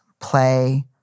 play